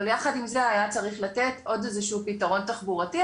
אבל יחד עם זה היה צריך לתת עוד איזה שהוא פתרון תחבורתי.